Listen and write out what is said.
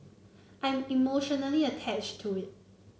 I'm emotionally attached to it